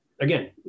again